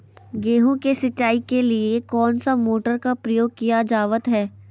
गेहूं के सिंचाई के लिए कौन सा मोटर का प्रयोग किया जावत है?